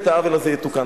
צמוד.